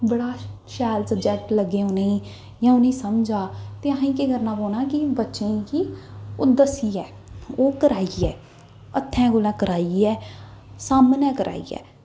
बड़ा शैल सब्जैक्ट लग्गै उ'नें गी इ'यां उ'नें गी समझ आ ते असें गी केह् करना पौना की बच्चें गी दस्सियै ओह् कराइयै हत्थै कराइयै सामनै कराइयै